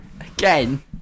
Again